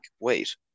wait